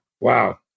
wow